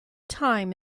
time